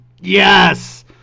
Yes